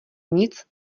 nic